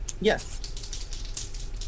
Yes